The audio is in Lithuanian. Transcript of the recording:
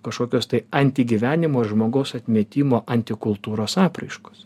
kažkokios tai anti gyvenimo žmogaus atmetimo antikultūros apraiškos